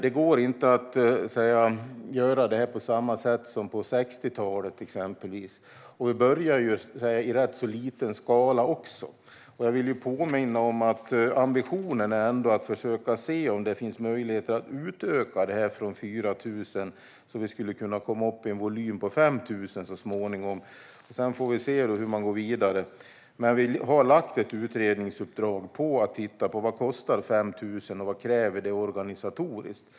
Det går inte att göra detta på samma sätt som på exempelvis 1960-talet. Vi börjar också i rätt så liten skala. Jag vill påminna om att ambitionen ändå är att försöka se om det finns möjligheter att utöka detta från 4 000 och komma upp i en volym på 5 000 så småningom. Sedan får vi se hur man går vidare. Men vi har gett ett utredningsuppdrag som handlar om att man ska titta på vad 5 000 kostar och vad det kräver organisatoriskt.